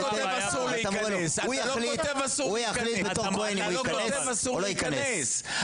הוא יחליט בתור כהן להיכנס או לא להיכנס.